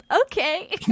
okay